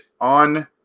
on